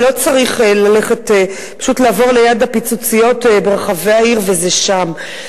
ולא צריך ללכת אלא פשוט לעבור ליד ה"פיצוציות" ברחבי העיר וזה שם.